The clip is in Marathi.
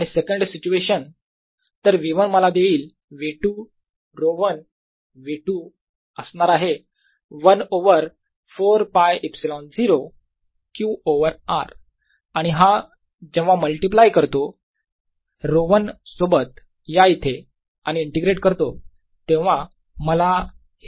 आणि सेकंड सिच्युएशन तर V1 मला देईल V2 ρ1 V2 असणार आहे 1 ओवर 4 πε0 Q ओवर r आणि हा जेव्हा मल्टिप्लाय करतो ρ1 सोबत या येथे आणि इंटिग्रेट करतो तेव्हा मला हे देईल r बरोबर d